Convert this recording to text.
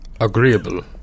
Agreeable